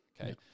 okay